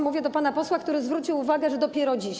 Mówię do pana posła, który zwrócił uwagę, że dopiero dziś.